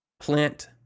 plant